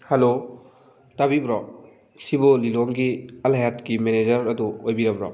hello ꯇꯥꯕꯤꯕ꯭ꯔꯣ ꯁꯤꯕꯨ ꯂꯤꯂꯣꯡꯒꯤ ꯑꯜ ꯍꯌꯥꯠꯀꯤ ꯃꯦꯅꯦꯖꯔ ꯑꯗꯨ ꯑꯣꯏꯕꯤꯔꯕ꯭ꯔꯣ